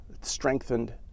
strengthened